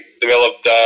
developed